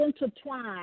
intertwine